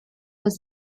was